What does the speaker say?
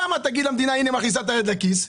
שם תגיד שהמדינה מכניסה את היד לכיס.